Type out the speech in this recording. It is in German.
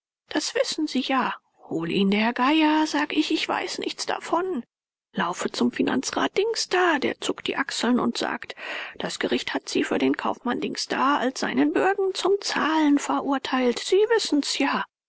das wissen sie ja hol ihn der geier sag ich ich weiß nichts davon laufe zum finanzrat dings da der zuckt die achseln und sagt das gericht hat sie für den kaufmann dings da als seinen bürgen zum zahlen verurteilt sie wissen's ja